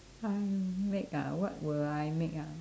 I make ah what will I make ah